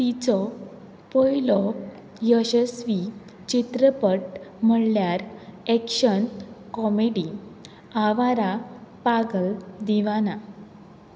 तिचो पयलो यशस्वी चित्रपट म्हणल्यार एक्शन कॉमेडी आवारा पागल दिवाना